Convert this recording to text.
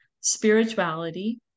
spirituality